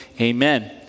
Amen